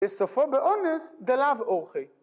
וסופו באונס דלאו אורחיה.